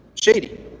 shady